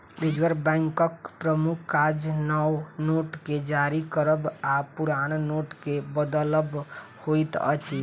reserve बैंकक प्रमुख काज नव नोट के जारी करब आ पुरान नोटके बदलब होइत अछि